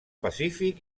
pacífic